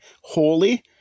holy